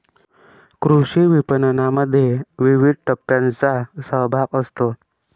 कृषी विपणनामध्ये विविध टप्प्यांचा सहभाग असतो